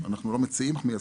מיישמים.